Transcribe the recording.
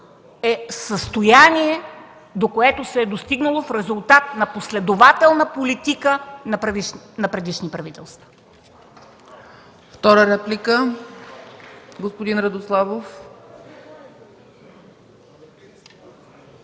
е състояние, до което се е достигнало в резултат на последователна политика на предишни правителства.